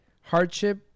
hardship